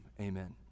amen